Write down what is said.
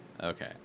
Okay